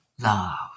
love